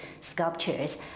sculptures